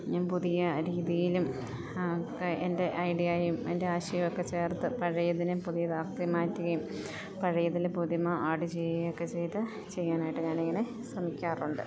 ഞാൻ പുതിയ രീതിയിലും ഒക്കെ എൻ്റെ ഐഡിയായും എൻ്റെ ആശയമൊക്കെ ചേർത്തു പഴയതിനെ പുതിയതാക്കി മാറ്റുകയും പഴയതിൽ പുതുമ ആഡ് ചെയ്യുകയൊക്കെ ചെയ്തു ചെയ്യാനായിട്ട് ഞാൻ ഇങ്ങനെ ശ്രമിക്കാറുണ്ട്